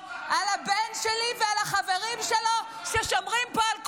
הבן שלי ועל החברים שלו ------- ששומרים פה על כולכם,